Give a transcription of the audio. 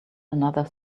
another